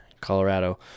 Colorado